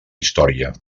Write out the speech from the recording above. història